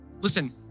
Listen